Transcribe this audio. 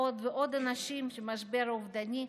לעוד ועוד אנשים במשבר אובדני,